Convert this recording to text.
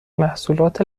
محصولات